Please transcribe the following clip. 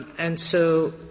and so,